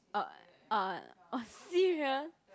uh uh orh serious